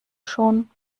schon